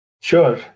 Sure